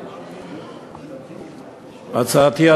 הצעתי,